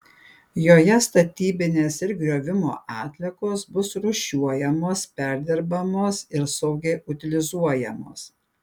joje statybinės ir griovimo atliekos bus rūšiuojamos perdirbamos ir saugiai utilizuojamos